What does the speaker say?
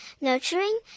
nurturing